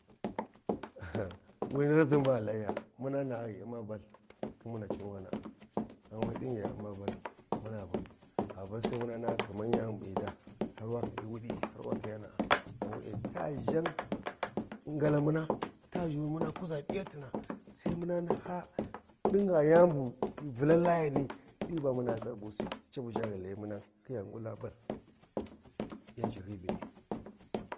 wi ni raʒi baghi layiya, muna na’a ghi Umma bal khin muna cin wana’a gha we ɗin ghi ya umma bal gha ban Sai mun nasha kaman hyi yani bu ghi ya da har wa wuɗie har wa ƙayana ghan we’e ta ʒhan ngalamuna ta ʒhuni muna kuʒa piyatina sai muna ra ha ɗin gha yani bu Vulan Layani ɗi ba muna tsarbusi ca bu ʒha muna khiya ngula bai yan ʒhahyiyi be’e.